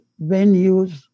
venues